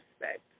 respect